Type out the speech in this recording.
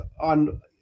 on